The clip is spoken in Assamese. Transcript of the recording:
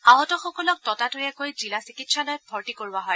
আহতসকলক ততাতৈয়াকৈ জিলা চিকিৎসালয়ত ভৰ্তি কৰোৱা হয়